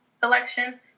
selection